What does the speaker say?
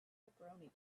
pepperoni